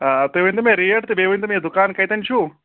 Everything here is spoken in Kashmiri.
آ تُہۍ ؤنۍ تو مےٚ ریٹ تہٕ بیٚیہِ ؤنۍ تو مےٚ یہِ دُکان کَتٮ۪ن چھُ